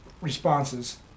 responses